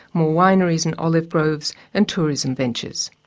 more wineries and olive groves and tourism ventures.